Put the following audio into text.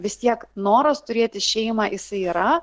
vis tiek noras turėti šeimą jisai yra